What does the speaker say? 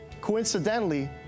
coincidentally